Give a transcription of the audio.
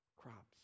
crops